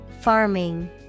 Farming